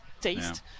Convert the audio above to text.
taste